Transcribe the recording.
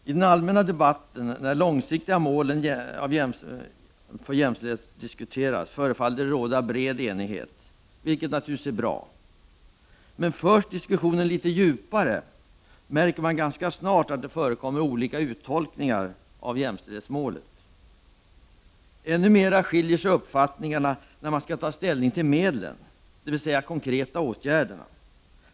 I den allmänna debatten, när de långsiktiga målen för jämställdhet diskuteras, förefaller det råda bred enighet, vilket naturligtvis är bra. Men förs diskussionen litet djupare, märker man ganska snart att det förekommer olika uttolkningar av jämställdhetsmålet. Ännu mera skiljer sig uppfattningarna när man skall ta ställning till medlen, dvs. de konkreta åtgärderna.